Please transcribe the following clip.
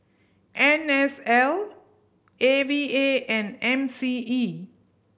N S L A V A and M C E